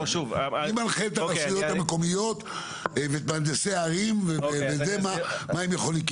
מי מנחה את הרשויות המקומיות ואת מהנדסי הערים מה הם יכולים?